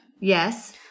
Yes